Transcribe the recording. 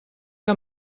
que